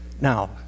Now